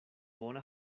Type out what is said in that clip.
bona